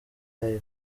live